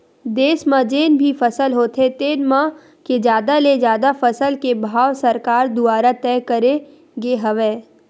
देस म जेन भी फसल होथे तेन म के जादा ले जादा फसल के भाव सरकार दुवारा तय करे गे हवय